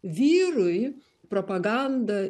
vyrui propaganda